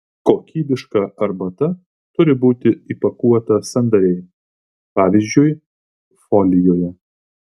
kokybiška arbata turi būti įpakuota sandariai pavyzdžiui folijoje